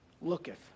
Looketh